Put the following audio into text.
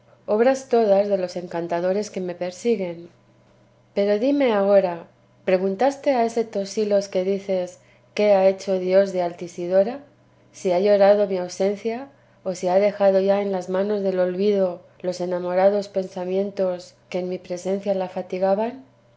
obras todas de los encantadores que me persiguen pero dime agora preguntaste a ese tosilos que dices qué ha hecho dios de altisidora si ha llorado mi ausencia o si ha dejado ya en las manos del olvido los enamorados pensamientos que en mi presencia la fatigaban